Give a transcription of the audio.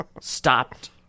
stopped